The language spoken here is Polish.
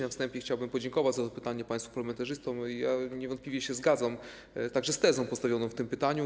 Na wstępie chciałbym podziękować za to pytanie państwu parlamentarzystom, ja niewątpliwie także się zgadzam z tezą postawioną w tym pytaniu.